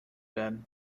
werden